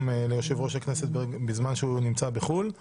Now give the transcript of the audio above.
ליושב ראש הכנסת בעת היעדרו מן הארץ,